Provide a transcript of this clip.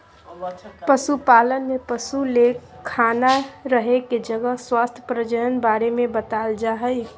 पशुपालन में पशु ले खाना रहे के जगह स्वास्थ्य प्रजनन बारे में बताल जाय हइ